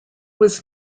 was